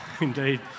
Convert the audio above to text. indeed